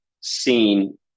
seen